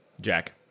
Jack